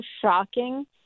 shocking